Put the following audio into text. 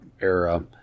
era